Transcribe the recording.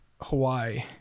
hawaii